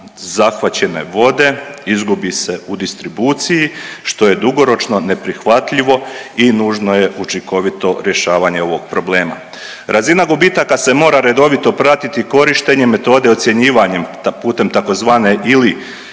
zahvaćene vode izgubi se u distribuciji, što je dugoročno neprihvatljivo i nužno je učinkovito rješavanje ovog problema. Razina gubitaka se mora redovito pratiti korištenjem metode ocjenjivanjem putem tzv.